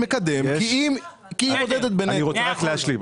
אני רק רוצה להשלים.